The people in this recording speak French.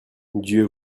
dieu